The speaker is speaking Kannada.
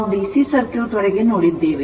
ನಾವು ಡಿಸಿ ಸರ್ಕ್ಯೂಟ್ ವರೆಗೆ ನೋಡಿದ್ದೇವೆ